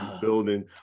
Building